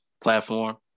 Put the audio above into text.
platform